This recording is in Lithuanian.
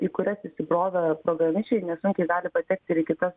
į kurias įsibrovę programišiai nesunkiai gali patekt ir į kitas